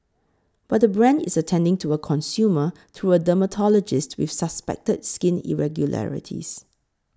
but the brand is attending to a consumer through a dermatologist with suspected skin irregularities